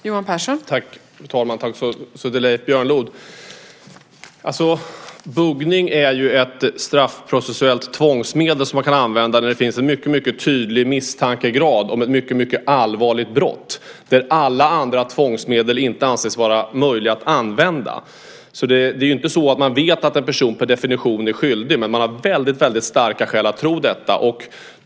Fru talman! Tack, Leif Björnlod! Buggning är ett straffprocessuellt tvångsmedel som kan användas när det finns en mycket mycket tydlig misstankegrad och det gäller ett mycket mycket allvarligt brott och när alla andra tvångsmedel inte anses vara möjliga att använda. Det är inte så att man vet att en person per definition är skyldig, men man har väldigt starka skäl att tro det.